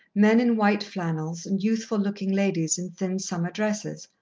men in white flannels, and youthful-looking ladies in thin summer dresses.